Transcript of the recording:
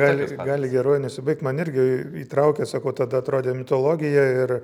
gali gali geruoju nesibaigt man irgi įtraukė sakau tada atrodė mitologija ir